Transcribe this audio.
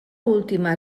última